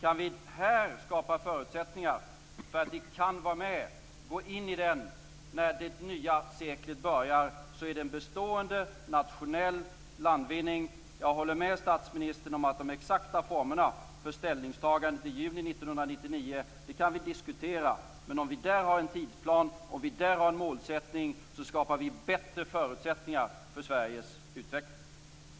Om vi kan skapa förutsättningar för att vara med och gå in i valutaunionen när det nya seklet börjar är det en bestående nationell landvinning. Jag håller med statsministern om att vi kan diskutera de exakta formerna för ställningstagandet i juni 1999. Om vi har en tidsplan och en målsättning skapar vi bättre förutsättningar för Sveriges utveckling.